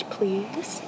Please